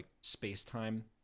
space-time